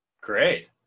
Great